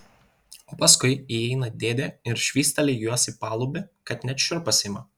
o paskui įeina dėdė ir švysteli juos į palubį kad net šiurpas ima